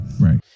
right